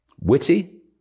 Witty